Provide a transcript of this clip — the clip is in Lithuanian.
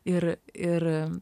ir ir